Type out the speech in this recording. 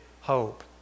hope